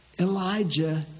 Elijah